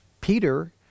Peter